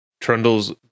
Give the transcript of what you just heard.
trundles